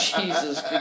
Jesus